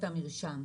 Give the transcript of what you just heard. רשום.